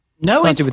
No